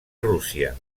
rússia